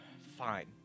Fine